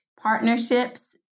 partnerships